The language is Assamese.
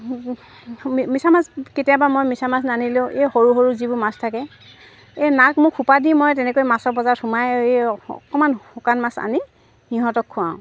মি মিছা মাছ কেতিয়াবা মই মিছা মাছ নানিলেও এই সৰু সৰু যিবোৰ মাছ থাকে এই নাক মুখ সোপা দি মই তেনেকৈ মাছৰ বজাৰত সোমাই এই অকণমান শুকান মাছ আনি সিহঁতক খুৱাওঁ